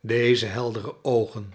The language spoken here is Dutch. deze heldere oogen